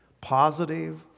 Positive